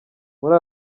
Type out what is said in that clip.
muri